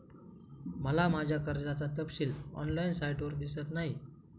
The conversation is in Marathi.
मला माझ्या कर्जाचा तपशील ऑनलाइन साइटवर दिसत नाही